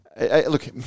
Look